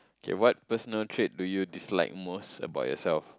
okay what personal trait do you dislike most about yourself